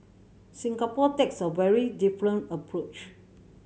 Singapore takes a very different approach